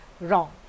wrong